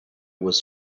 was